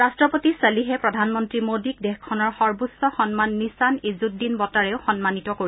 ৰাট্টপতি ছলিহে প্ৰধানমন্ত্ৰী মোদীক দেশখনৰ সৰ্বোচ্চ সন্মান নিচান ইজ্জুদ্দিন বঁটাৰেও সন্মানিত কৰিব